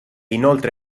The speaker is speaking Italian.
inoltre